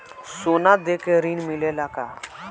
सोना देके ऋण मिलेला का?